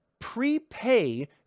prepay